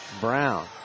Brown